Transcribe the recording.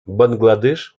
бангладеш